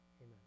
Amen